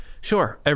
sure